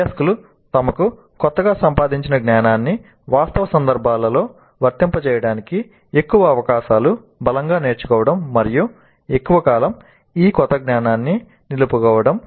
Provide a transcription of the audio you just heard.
అభ్యాసకులు తమకు కొత్తగా సంపాదించిన జ్ఞానాన్ని వాస్తవ సందర్భాలలో వర్తింపజేయడానికి ఎక్కువ అవకాశాలు బలంగా నేర్చుకోవడం మరియు ఎక్కువ కాలం ఈ క్రొత్త జ్ఞానాన్ని నిలుపుకోవడం